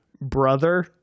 brother